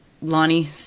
Lonnie